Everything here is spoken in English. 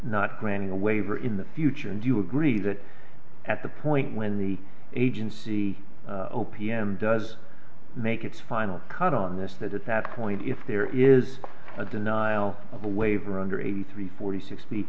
not granting a waiver in the future and you agree that at the point when the agency o p m does make its final cut on this that at that point if there is a denial of a waiver under eighty three forty six